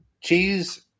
cheese